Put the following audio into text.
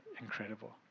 incredible